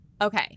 Okay